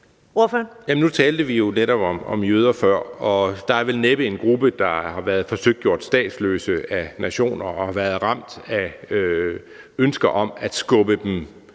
Nu talte vi jo netop om jøder før, og der er vel næppe en gruppe, der mere har været forsøgt gjort statsløse af nationer og har været ramt af ønsker om at skubbe dem